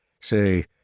Say